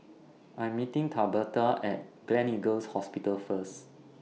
I'm meeting Tabetha At Gleneagles Hospital First